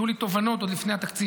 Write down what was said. מאוד ושיהיו לי תובנות עוד לפני התקציב.